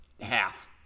half